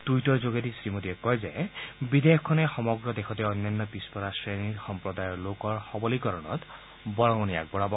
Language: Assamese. টুইটৰ যোগেদি শ্ৰীমোদীয়ে কয় যে বিধেয়কখনে সমগ্ৰ দেশতে অন্যান্য পিছপৰা শ্ৰেণীৰ সম্প্ৰদায়ৰ লোকৰ সবলীকৰণত বৰঙণি যোগাব